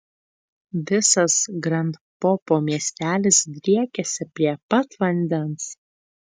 visas grand popo miestelis driekiasi prie pat vandens